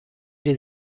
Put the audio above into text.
die